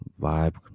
vibe